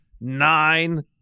Nine